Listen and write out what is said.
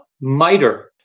Miter